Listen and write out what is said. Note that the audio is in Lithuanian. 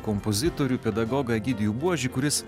kompozitorių pedagogą egidijų buožį kuris